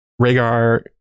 rhaegar